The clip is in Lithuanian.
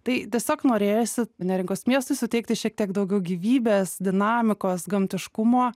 tai tiesiog norėjosi neringos miestui suteikti šiek tiek daugiau gyvybės dinamikos gamtiškumo